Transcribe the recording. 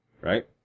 Right